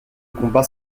combat